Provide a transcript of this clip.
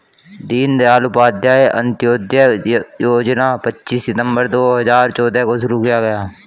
दीन दयाल उपाध्याय अंत्योदय योजना पच्चीस सितम्बर दो हजार चौदह को शुरू किया गया